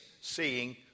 seeing